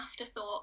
afterthought